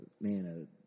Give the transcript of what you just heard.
man